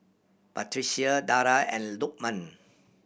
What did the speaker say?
Batrisya Dara and Lukman